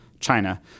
China